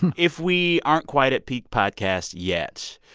and if we aren't quite at peak podcasts yet,